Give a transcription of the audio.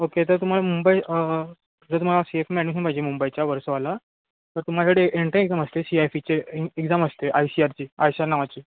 okay तर तुम्हाला मुंबई जर तुम्हाला सी ए फी मध्ये एडमिशन पाहिजे मुंबईच्या वर्सोवाला तर तुम्हासाठी एंट्री एक्झाम असते सी आय फीचे एक्झाम असते आय सी आर ची आय सी आर नावाची